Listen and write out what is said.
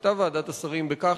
שגתה ועדת השרים בכך